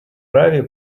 аравия